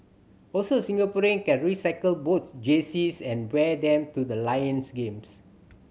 also Singaporean can recycle both jerseys and wear them to the Lions games